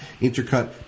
Intercut